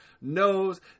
knows